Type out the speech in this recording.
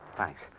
thanks